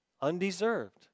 undeserved